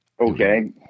Okay